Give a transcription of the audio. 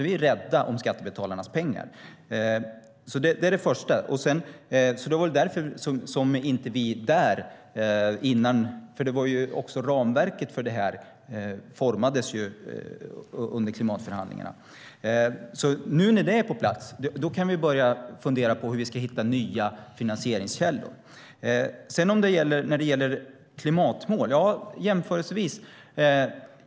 Vi är rädda om skattebetalarnas pengar. Ramverket formades under klimatförhandlingarna. Nu när ramverket är på plats kan vi börja fundera över hur vi ska hitta nya finansieringskällor. Sedan var det klimatmålen.